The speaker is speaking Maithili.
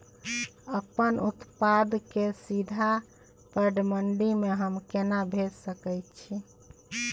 अपन उत्पाद के सीधा पैघ मंडी में हम केना भेज सकै छी?